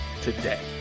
today